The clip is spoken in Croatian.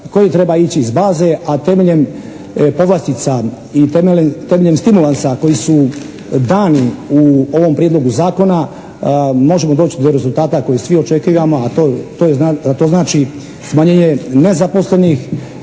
koji treba ići iz baze, a temeljem povlastica i temeljem stimulansa koji su dani u ovom Prijedlogu zakona možemo doći do rezultata koji svi očekivamo, a to znači smanjenje nezaposlenih,